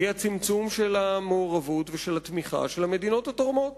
היא הצמצום של המעורבות ושל התמיכה של המדינות התורמות